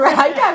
Right